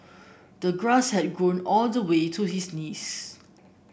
the grass had grown all the way to his knees